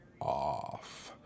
off